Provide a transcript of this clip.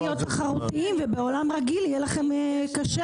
להיות תחרותיים ובעולם רגיל יהיה לכם קשה.